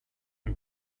and